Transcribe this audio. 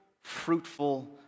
fruitful